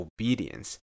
obedience